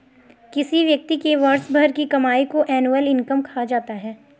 किसी व्यक्ति के वर्ष भर की कमाई को एनुअल इनकम कहा जाता है